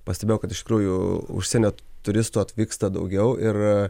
pastebėjau kad iš tikrųjų užsienio turistų atvyksta daugiau ir